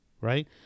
right